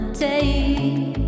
take